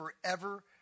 forever